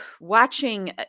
watching